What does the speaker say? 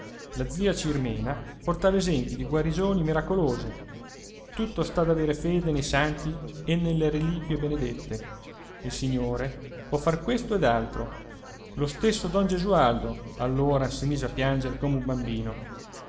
la zia cirmena portava esempi di guarigioni miracolose tutto sta ad avere fede nei santi e nelle reliquie benedette il signore può far questo ed altro lo stesso don gesualdo allora si mise a piangere come un bambino